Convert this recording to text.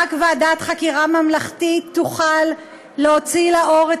רק ועדת חקירה ממלכתית תוכל להוציא לאור את